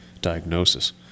diagnosis